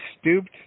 stooped